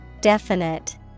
Definite